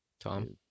Tom